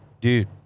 Dude